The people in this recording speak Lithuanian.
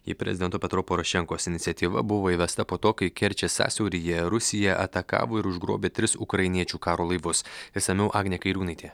ji prezidento petro porošenkos iniciatyva buvo įvesta po to kai kerčės sąsiauryje rusija atakavo ir užgrobė tris ukrainiečių karo laivus išsamiau agnė kairiūnaitė